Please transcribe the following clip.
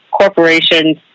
corporations